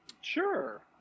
Sure